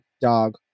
Dog